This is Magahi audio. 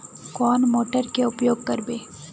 कौन मोटर के उपयोग करवे?